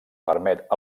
permet